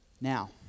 Now